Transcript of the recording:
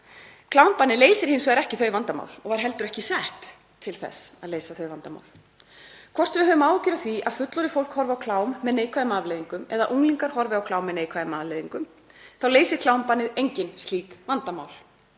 Klámbannið leysir hins vegar ekki þau vandamál og var heldur ekki sett til þess að leysa þau vandamál. Hvort sem við höfum áhyggjur af því að fullorðið fólk horfi á klám með neikvæðum afleiðingum eða unglingar horfi á klám með neikvæðum afleiðingum leysir klámbannið engin slík vandamál.